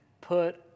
put